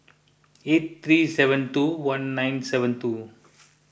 eight three seven two one nine seven two